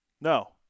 No